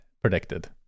predicted